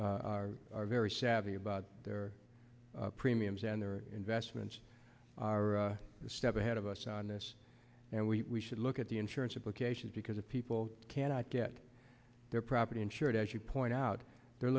which are very savvy about their premiums and their investments are a step ahead of us on this and we should look at the insurance implications because if people cannot get their property insured as you point out the